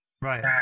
Right